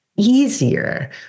easier